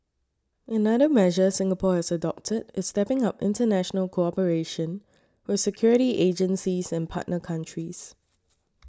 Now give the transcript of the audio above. another measure Singapore has adopted is stepping up international cooperation with security agencies and partner countries